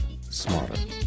smarter